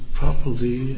properly